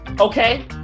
Okay